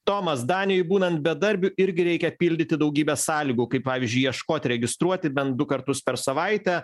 tomas danijoj būnant bedarbiu irgi reikia pildyti daugybę sąlygų kaip pavyzdžiui ieškoti registruoti bent du kartus per savaitę